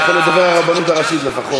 הלכנו לדובר הרבנות הראשית לפחות.